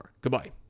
Goodbye